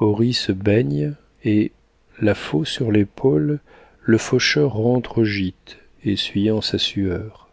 on se baigne et la faulx sur l'épaule le faucheur rentre au gîte essuyant sa sueur